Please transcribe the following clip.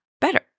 better